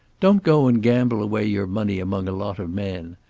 don't go and gamble away your money among a lot of men.